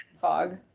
Fog